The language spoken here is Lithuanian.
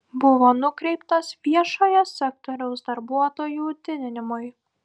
buvo nukreiptas viešojo sektoriaus darbuotojų didinimui